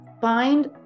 find